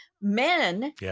men